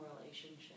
relationship